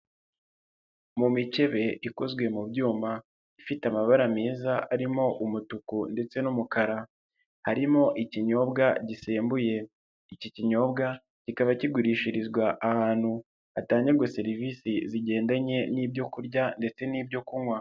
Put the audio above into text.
Mu mikebe ikozwe mu byuma, ifite amabara meza arimo umutuku ndetse n'umukara, harimo ikinyobwa gisembuye, iki kinyobwa kikaba kigurishirizwa ahantu hatangirwa serivisi zigendanye n'ibyo kurya ndetse n'ibyo kunywa.